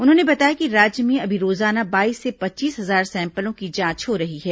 उन्होंने बताया कि राज्य में अभी रोजाना बाईस से पच्चीस हजार सैंपलों की जांच हो रही है